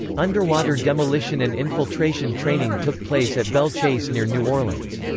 underwater demolition and infiltration training took place at belle chase near new orleans.